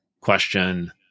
question